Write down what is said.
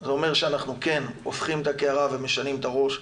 זה אומר שאנחנו כן הופכים את הקערה ומשנים את הראש,